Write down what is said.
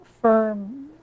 firm